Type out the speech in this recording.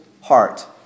heart